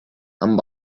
amb